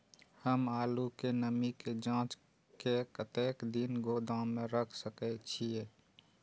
हम आलू के नमी के जाँच के कतेक दिन गोदाम में रख सके छीए?